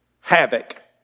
Havoc